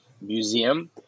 museum